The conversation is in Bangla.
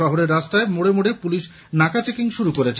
শহরের রাস্তার মোড়ে মোড়ে পুলিশ নাকা চেকিং শুরু করেছে